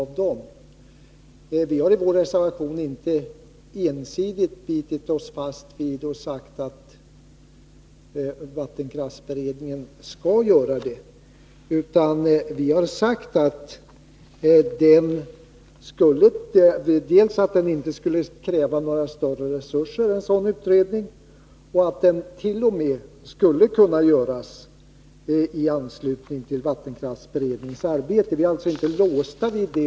Vi hari vår reservation inte ensidigt bitit oss fast vid att vattenkraftsberedningen skall göra denna utredning, utan vi har sagt dels att en sådan utredning inte skulle kräva några större resurser, dels att den t.o.m. skulle kunna göras i anslutning till vattenkraftsberedningens arbete. Vi är alltså inte låsta vid det.